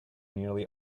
nearly